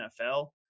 NFL